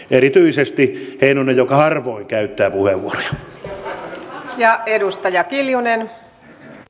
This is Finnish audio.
erityisesti heinonen joka harvoin käyttää puheenvuoroja